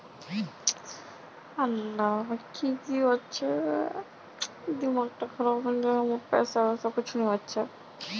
bank गोपनीयता आम तौर पर स्विटज़रलैंडेर बैंक से सम्बंधित छे